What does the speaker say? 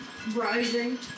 Rising